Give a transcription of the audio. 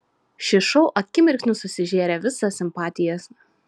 šis šou akimirksniu susižėrė visas simpatijas